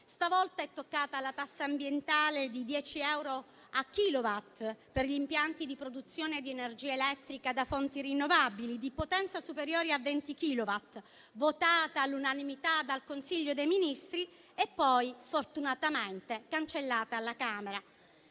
stavolta è toccato alla tassa ambientale di 10 euro a kilowatt per gli impianti di produzione di energia elettrica da fonti rinnovabili di potenza superiore a 20 kilowatt, votata all'unanimità dal Consiglio dei ministri e poi fortunatamente cancellata alla Camera.